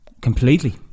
completely